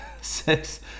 six